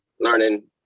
learning